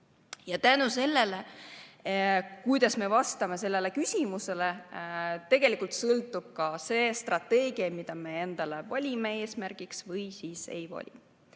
Ja sellest, kuidas me vastame sellele küsimusele, tegelikult sõltub ka see strateegia, mille me endale valime eesmärgiks. Või siis ei vali.